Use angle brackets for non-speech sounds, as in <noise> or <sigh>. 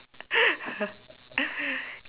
<laughs>